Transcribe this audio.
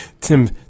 Tim